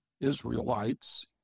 Israelites